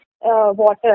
water